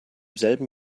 selben